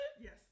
Yes